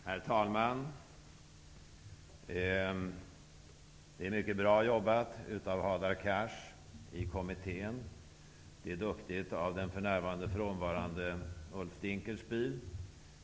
Herr talman! Det är mycket bra jobbat av Hadar Cars i utskottet. Det är duktigt av den för närvarande frånvarande Ulf Dinkelspiel.